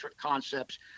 concepts